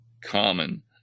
common